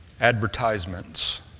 advertisements